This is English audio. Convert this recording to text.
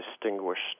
distinguished